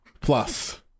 plus